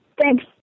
Thanks